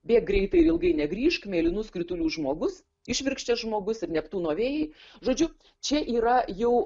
bėk greitai ir ilgai negrįžk mėlynų skritulių žmogus išvirkščias žmogus ir neptūno vėjai žodžiu čia yra jau